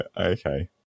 okay